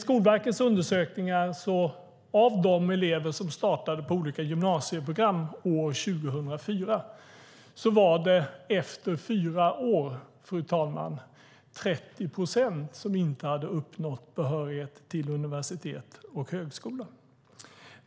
Skolverkets undersökningar visar att av de elever som startade på olika gymnasieprogram år 2004 var det efter fyra år 30 procent som inte hade uppnått behörighet till universitet och högskola.